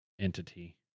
entity